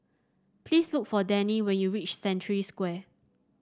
please look for Denny when you reach Century Square